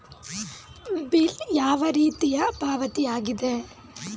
Bill ಯಾವ ರೀತಿಯ ಪಾವತಿಯಾಗಿದೆ?